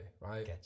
right